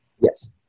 Yes